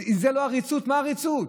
אם זה לא עריצות, מהי עריצות?